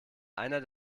einer